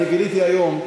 אני גיליתי היום,